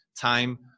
time